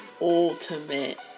ultimate